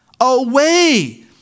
away